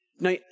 Now